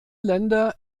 länder